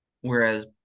Whereas